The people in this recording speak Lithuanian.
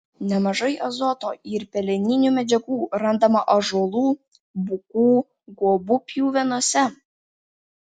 nemažai azoto ir peleninių medžiagų randama ąžuolų bukų guobų pjuvenose